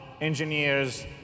engineers